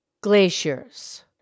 glaciers